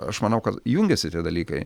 aš manau kad jungiasi tie dalykai